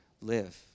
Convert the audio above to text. live